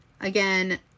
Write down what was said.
Again